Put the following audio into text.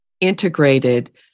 integrated